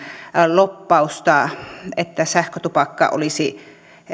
lobbausta että sähkötupakka olisi